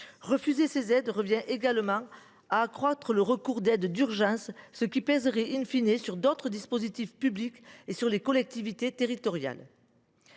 Refuser ces aides revient également à accroître le recours aux aides d’urgence, ce qui pèsera,, sur d’autres dispositifs publics et sur les collectivités territoriales.